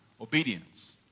obedience